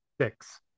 six